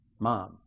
Mom